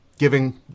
giving